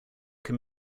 can